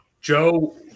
Joe